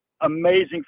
amazing